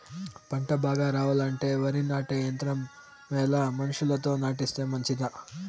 పంట బాగా రావాలంటే వరి నాటే యంత్రం మేలా మనుషులతో నాటిస్తే మంచిదా?